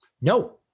no